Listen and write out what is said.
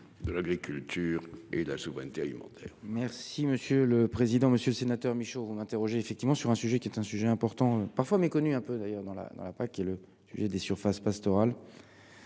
de l'agriculture et de la souveraineté alimentaire.